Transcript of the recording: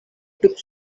took